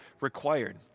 required